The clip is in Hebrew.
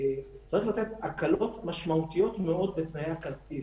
צריך לתת הקלות משמעותיות מאוד בתנאי הכרטיס.